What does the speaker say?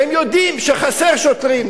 והם יודעים שחסרים שוטרים.